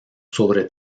sobre